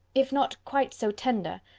if not quite so tender,